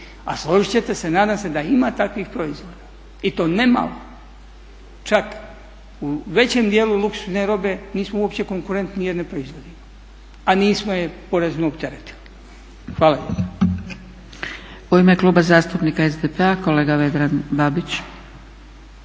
A složit ćete se nadam se da ima takvih proizvoda i to ne malo. čak u većem dijelu luksuzne robe nismo uopće konkurentni jer ne proizvodimo, a nismo je porezno opteretili. Hvala